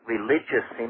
religious